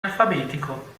alfabetico